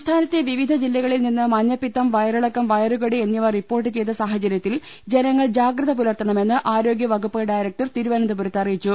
സംസ്ഥാനത്തെ വിവിധ ജില്ലകളിൽ നിന്ന് മഞ്ഞപ്പിത്തം വയറിള ക്കം വയറുകടി എന്നിവ റിപ്പോർട്ട് ചെയ്ത സാഹചര്യത്തിൽ ജന ങ്ങൾ ജാഗ്രത പുലർത്തണമെന്ന് ആരോഗ്യ വകുപ്പ് ഡയറക്ടർ തിരു വനന്തപുരത്ത് അറിയിച്ചു